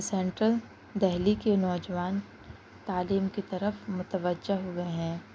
central Delhi کے نوجوان تعلیم کی طرف متوجہ ہوئے ہیں